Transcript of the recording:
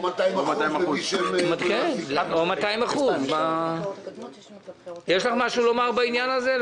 או 200%. או 200%. יש לך משהו לומר בעניין הזה?